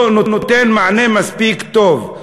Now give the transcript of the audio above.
לא נותן מענה מספיק טוב.